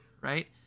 right